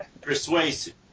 Persuasive